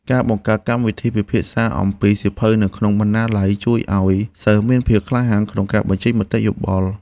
ការបង្កើតកម្មវិធីពិភាក្សាអំពីសៀវភៅនៅក្នុងបណ្ណាល័យ ជួយឱ្យសិស្សមានភាពក្លាហានក្នុងការបញ្ចេញមតិយោបល់។